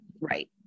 Right